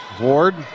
Ward